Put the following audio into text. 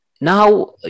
Now